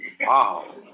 Wow